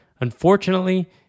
Unfortunately